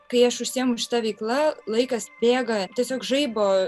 kai aš užsiemu šita veikla laikas bėga tiesiog žaibo